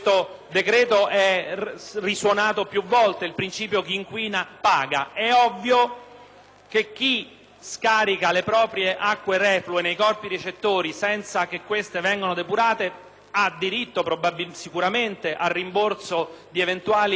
chi scarica le proprie acque reflue nei corpi ricettori senza che queste vengano depurate ha diritto sicuramente al rimborso di eventuali somme erogate per servizi non resi, ma è altrettanto indubbio